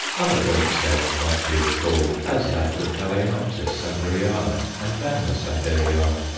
other great sales might be recalled, as that of phaloenopsis sanderiana and vanda sanderiana,